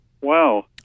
wow